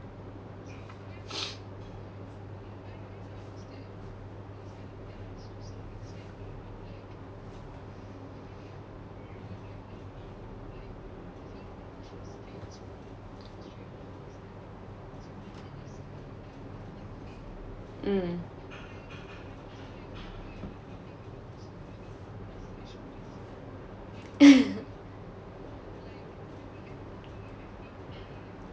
mm